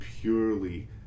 purely